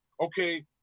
Okay